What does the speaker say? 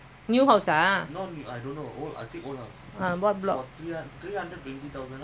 அதான்அந்த:athan antha price okay சொல்லிட்ட:sollitta